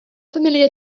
familiar